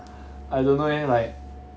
I don't know eh like